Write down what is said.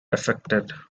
affected